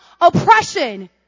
oppression